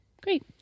Great